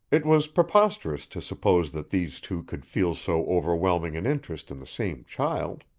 it was preposterous to suppose that these two could feel so overwhelming an interest in the same child.